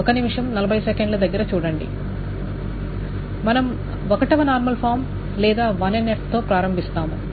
మనం 1 వ normal form లేదా 1NF తో ప్రారంభిస్తాము